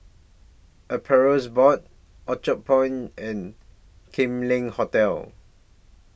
Appeals Board Orchard Point and Kam Leng Hotel